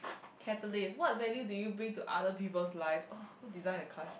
catalyst what value do you bring to other people's life oh who design the card